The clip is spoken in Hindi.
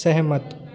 सहमत